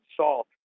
salt